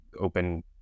open